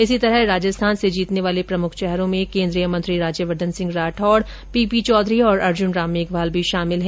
इसी तरह राजस्थान से जीतने वाले प्रमुख चेहरों में केन्द्रीय मंत्री राज्यवर्द्वन सिंह राठौड पीपी चौधरी और अर्जुन राम मेघवाल भी शामिल है